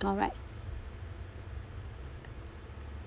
correct